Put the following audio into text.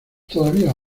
todavía